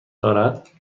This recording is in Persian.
دارد